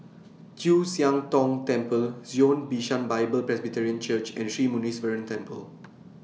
Chu Siang Tong Temple Zion Bishan Bible Presbyterian Church and Sri Muneeswaran Temple